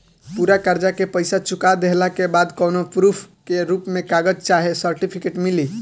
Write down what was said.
पूरा कर्जा के पईसा चुका देहला के बाद कौनो प्रूफ के रूप में कागज चाहे सर्टिफिकेट मिली?